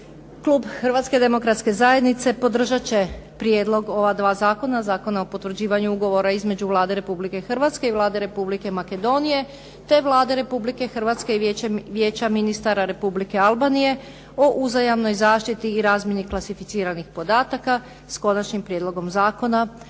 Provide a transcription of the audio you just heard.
Klub Hrvatske demokratske zajednice podržat će prijedlog ova dva zakona, Zakona o potvrđivanju ugovora između Vlade Republike Hrvatske i Vlade Republike Makedonije, te Vlade Republike Hrvatske i Vijeća ministara Republike Albanije o uzajamnoj zaštiti i razmjeni klasificiranih podataka s Konačnim prijedlogom zakona